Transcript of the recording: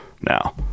now